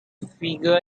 figure